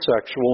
sexual